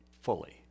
fully